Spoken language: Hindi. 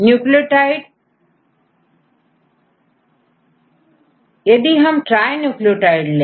न्यूक्लियोटाइड यदि हम ट्राई न्यूक्लियोटाइड ले